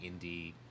indie